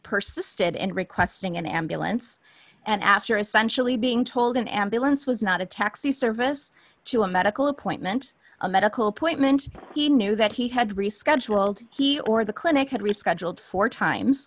persisted and requesting an ambulance and after essentially being told an ambulance was not a taxi service to a medical appointment a medical point meant he knew that he had rescheduled he or the clinic had rescheduled four times